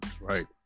right